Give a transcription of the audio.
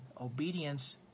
obedience